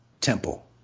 temple